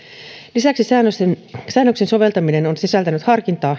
lisäksi säännöksen soveltaminen on sisältänyt harkintaa